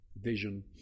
vision